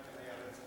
בירכא היה רצח